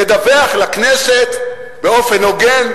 לדווח לכנסת באופן הוגן,